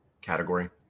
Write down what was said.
category